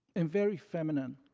and very feminine.